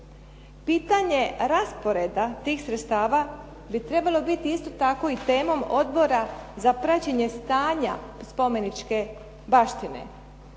Pitanje rasporeda tih sredstava bi trebalo biti isto tako i temom Odbora za praćenje stanja spomeničke baštine.